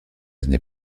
années